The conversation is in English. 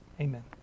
Amen